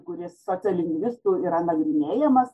kuris sociolingvistų yra nagrinėjamas